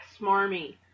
smarmy